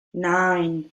nine